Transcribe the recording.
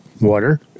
water